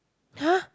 [huh]